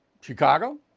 Chicago